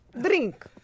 Drink